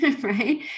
right